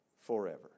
forever